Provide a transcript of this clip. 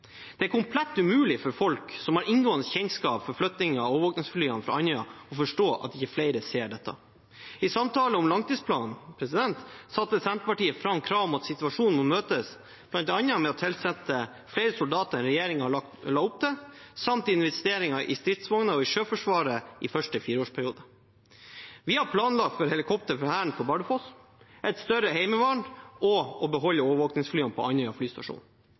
Det er komplett umulig for folk som har inngående kjennskap til flyttingen av overvåkningsflyene fra Andøya, å forstå at ikke flere ser dette. I samtalene om langtidsplanen satte Senterpartiet fram krav om at situasjonen må møtes bl.a. med å tilsette flere soldater enn regjeringen la opp til, samt investeringer i stridsvogner og i Sjøforsvaret i første fireårsperiode. Vi har planlagt for helikoptre for Hæren på Bardufoss, for et større heimevern og for å beholde overvåkningsflyene på Andøya flystasjon.